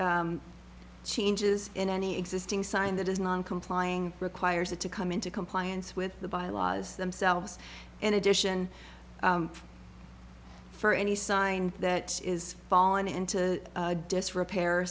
changes in any existing sign that is non complying requires it to come into compliance with the bylaws themselves in addition for any sign that is fallen into disrepair